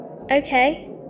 Okay